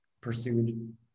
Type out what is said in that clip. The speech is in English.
pursued